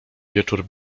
wieczór